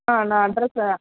ஆ நான் அட்ரஸ்ஸை